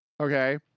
Okay